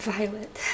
Violet